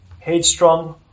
headstrong